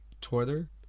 Twitter